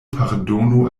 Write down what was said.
pardonu